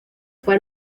fue